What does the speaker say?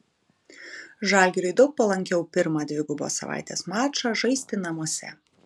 žalgiriui daug palankiau pirmą dvigubos savaitės mačą žaisti namuose